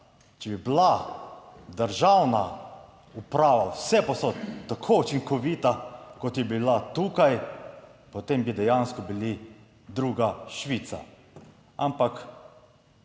Če bi bila državna uprava vsepovsod tako učinkovita, kot je bila tukaj, potem bi dejansko bili druga Švica, ampak